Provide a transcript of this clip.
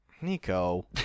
Nico